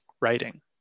writing